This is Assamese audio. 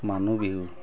মানুহ বিহু